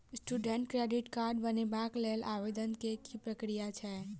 Student credit card बनेबाक लेल आवेदन केँ की प्रक्रिया छै?